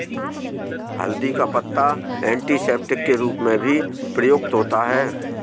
हल्दी का पत्ता एंटीसेप्टिक के रूप में भी प्रयुक्त होता है